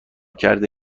کرده